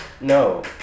No